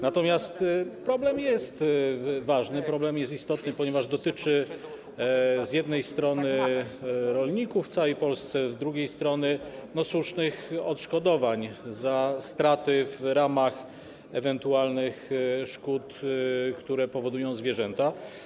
Natomiast problem jest ważny, istotny, ponieważ dotyczy z jednej strony rolników w całej Polsce, z drugiej strony - słusznych odszkodowań za straty w ramach ewentualnych szkód, które powodują zwierzęta.